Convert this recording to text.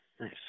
Nice